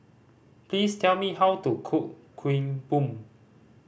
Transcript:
please tell me how to cook Kuih Bom